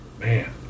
Man